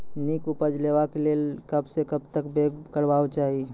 नीक उपज लेवाक लेल कबसअ कब तक बौग करबाक चाही?